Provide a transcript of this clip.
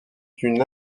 une